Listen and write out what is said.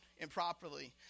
improperly